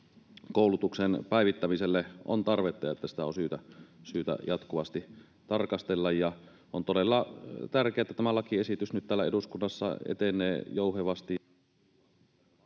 koulutuksen päivittämiselle on tarvetta ja että sitä on syytä jatkuvasti tarkastella. On todella tärkeätä, että tämä lakiesitys nyt täällä eduskunnassa etenee jouhevasti